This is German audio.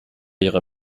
ihre